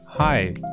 Hi